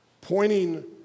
pointing